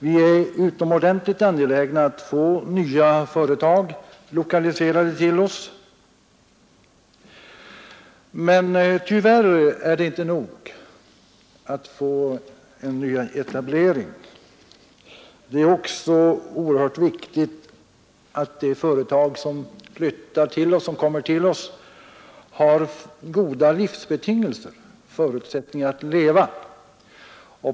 Vi är utomordentligt angelägna att få nya företag lokaliserade till oss. Men tyvärr är det inte nog att få en nyetablering. Det är också oerhört viktigt att de företag som kommer till oss har goda livsbetingelser, förutsättningar att leva.